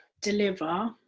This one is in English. deliver